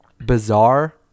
bizarre